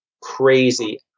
crazy